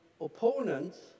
opponents